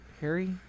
Harry